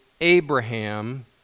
Abraham